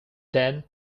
then